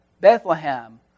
Bethlehem